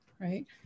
right